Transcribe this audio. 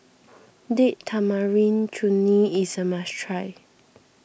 Date Tamarind Chutney is a must try